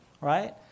right